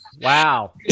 Wow